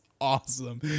awesome